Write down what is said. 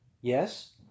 Yes